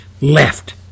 left